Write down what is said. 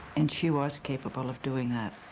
and she was capable of doing that.